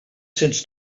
sents